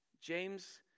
James